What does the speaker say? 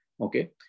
Okay